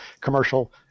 commercial